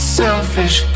selfish